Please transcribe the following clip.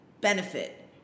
benefit